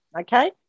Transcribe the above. okay